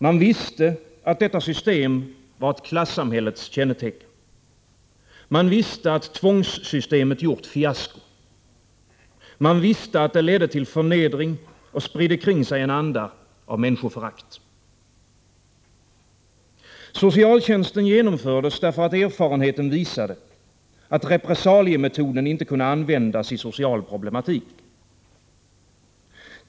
Man visste att detta system var ett klassamhällets kännetecken. Man visste att tvångssystemet gjort fiasko. Man visste att det ledde till förnedring och spridde kring sig en anda av människoförakt. Socialtjänsten genomfördes därför att erfarenheten visade att repressaliemetoden inte kunde användas i social problematik.